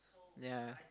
ya